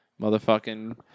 Motherfucking